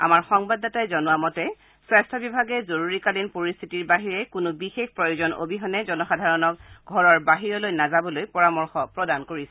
আমাৰ সংবাদদাতাই জনোৱা মতে স্বাস্থ্য বিভাগে জৰুৰীকালীন পৰিশ্থিতিৰ বাহিৰে কোনো বিশেষ প্ৰয়োজন অবিহনে জনসাধাৰণক ঘৰৰ বাহিৰলৈ নাযাবালৈ পৰামৰ্শ প্ৰদান কৰিছে